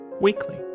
Weekly